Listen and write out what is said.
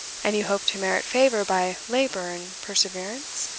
and you hope to merit favour by labour and perseverance?